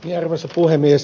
arvoisa puhemies